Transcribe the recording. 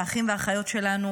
האחים והאחיות שלנו,